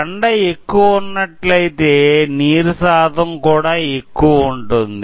కండ ఎక్కువ ఉన్నట్లయితే నీరు శాతం కూడా ఎక్కువ ఉంటుంది